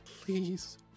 Please